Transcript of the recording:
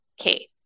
Okay